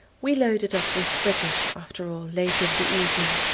we loaded up with british after all, late in the evening,